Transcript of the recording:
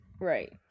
Right